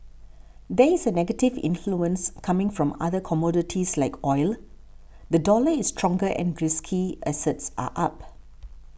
there is a negative influence coming from other commodities like oil the dollar is stronger and risky assets are up